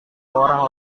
orang